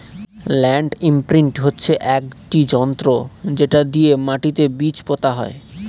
land imprint হচ্ছে একটি যন্ত্র যেটা দিয়ে মাটিতে বীজ পোতা হয়